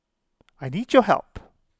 I need your help